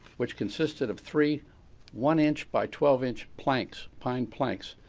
which consisted of three one inch by twelve inch planks, pine planks,